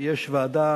יש ועדה